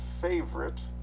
favorite